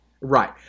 Right